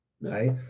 Right